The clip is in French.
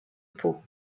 pau